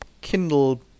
Kindle